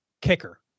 kicker